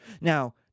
Now